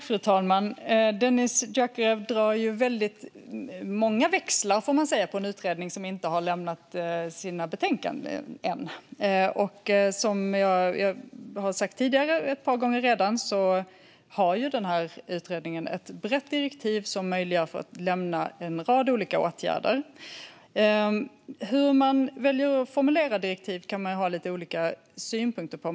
Fru talman! Dennis Dioukarev drar stora växlar på en utredning som inte har lämnat in ett betänkande än. Jag har redan tidigare sagt att utredningen har ett brett direktiv som gör det möjligt att lämna förslag på en rad olika åtgärder. Hur man väljer att formulera direktivet kan man ha lite olika synpunkter på.